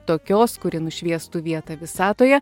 tokios kuri nušviestų vietą visatoje